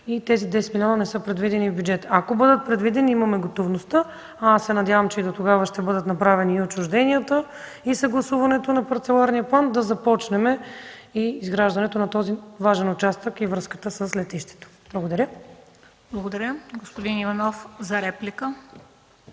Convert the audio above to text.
Тези 10 милиона не са предвидени в бюджета. Ако бъдат предвидени, имаме готовността. Аз се надявам, че дотогава ще бъдат направени отчужденията и съгласуването на парцеларния план, за да започнем и изграждането на този важен участък и връзката с летището. Благодаря. ПРЕДСЕДАТЕЛ МЕНДА СТОЯНОВА: Благодаря. Господин Иванов – за реплика.